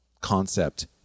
concept